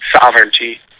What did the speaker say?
sovereignty